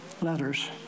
letters